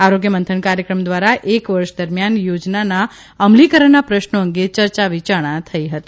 આરોગ્યમંથન કાર્યક્રમ દ્વારા એક વર્ષ દરમિયાન યોજનાના અમલીકરણના પ્રશ્નો અંગે ચર્ચા વિયારણા થઇ હતી